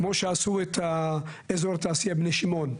כמו שעשו את אזור התעשייה בני שמעון,